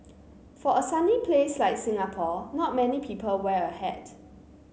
for a sunny place like Singapore not many people wear a hat